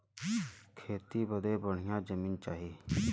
खेती बदे बढ़िया जमीन चाही